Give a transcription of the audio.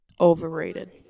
overrated